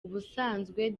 ubusanzwe